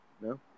No